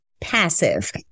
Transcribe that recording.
passive